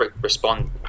respond